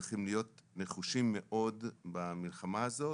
צריכים להיות נחושים מאוד במלחמה הזו,